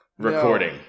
Recording